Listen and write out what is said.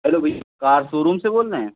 hello भाई car showroom से बोल रहे हैं